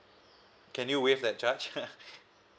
can you waive that charge